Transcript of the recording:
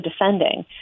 defending